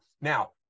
now